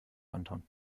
anton